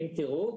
אם תראו,